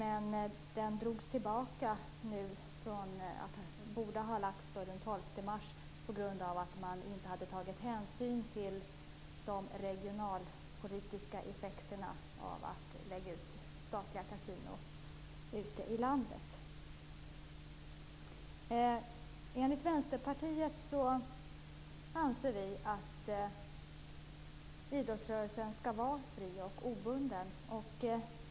Ett förslag skulle läggas fram den 12 mars, men drogs tillbaka på grund av att man inte hade tagit hänsyn till de regionalpolitiska effekterna av statliga kasinon i landet. Vi i Vänsterpartiet anser att idrottsrörelsen skall vara fri och obunden.